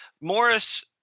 Morris